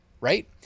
right